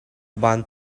ban